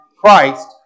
Christ